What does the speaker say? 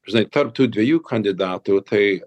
žinai tarp tų dviejų kandidatų tai